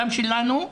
גם שלנו,